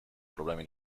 problemi